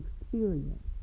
experience